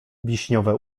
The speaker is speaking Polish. wiśniowe